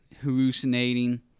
hallucinating